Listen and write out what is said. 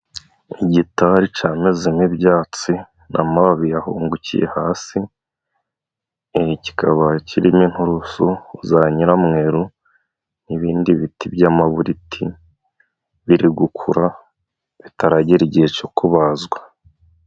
Igitari camezemo ibyatsi n'amababi yahungukiye hasi, kikaba kirimo inturusu za nyiramweru n'ibindi biti by'amaburiti biri gukura bitaragera igihe cyo kubazwa.